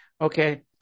Okay